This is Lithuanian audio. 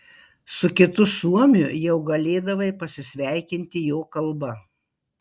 su kitu suomiu jau galėdavai pasisveikinti jo kalba